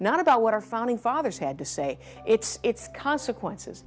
not about what our founding fathers had to say its consequences